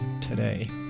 today